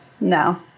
no